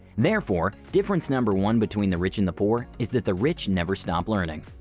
therefore, difference number one between the rich and the poor is that the rich never stop learning.